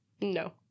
No